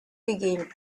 began